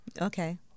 Okay